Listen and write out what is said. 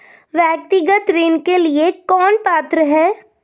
व्यक्तिगत ऋण के लिए कौन पात्र है?